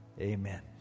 Amen